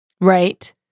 Right